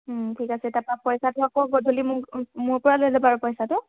ঠিক আছে তাৰা পা পইচাটো আকৌ গধূলি মোক মোৰ পৰা লৈ যাবা আৰু পইচাটো